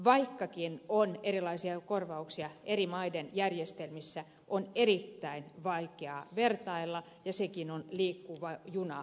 vaikkakin on erilaisia korvauksia eri maiden järjestelmissä niitä on erittäin vaikea vertailla ja sekin on koko ajan liikkuva juna